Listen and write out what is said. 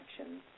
actions